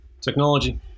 technology